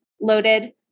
loaded